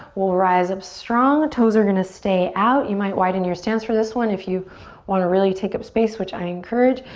we'll rise up strong, the toes are going to stay out. you might widen your stance for this one if you want to really take up space, which i encourage.